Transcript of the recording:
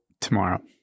tomorrow